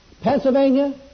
Pennsylvania